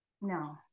No